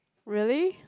really